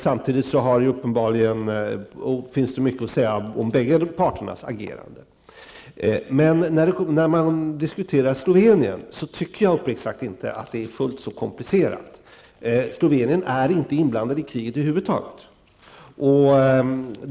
Samtidigt finns det uppenbarligen mycket att säga om båda parternas ageranden. Men när man diskuterar Slovenien tycker jag uppriktigt sagt inte att det är fullt så komplicerat. Slovenien är inte inblandat i kriget över huvud taget.